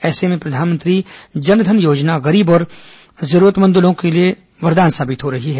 ऐसे में प्रधानमंत्री जन धन योजना गरीब और जरूरतमंद के लिए वरदान साबित हो रही है